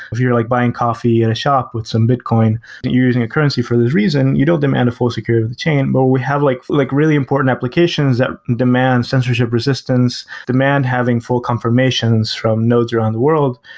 if you're like buying coffee at a shop with some bitcoin, you're using a currency for this reason. you don't demand a full security of the chain, but we have like like really important applications that demand censorship resistance. the man having full confirmations from nodes around the world,